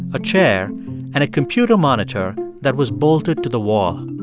a chair and a computer monitor that was bolted to the wall.